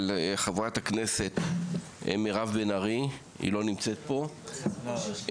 חברת הכנסת מירב בן ארי ושל אושר שקלים.